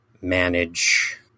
manage